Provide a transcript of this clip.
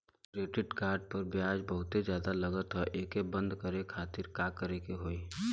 Credit card पर ब्याज बहुते ज्यादा लगत ह एके बंद करे खातिर का करे के होई?